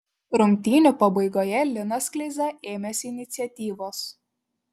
rungtynių pabaigoje linas kleiza ėmėsi iniciatyvos